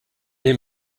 him